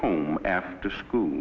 home after school